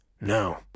No